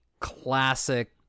classic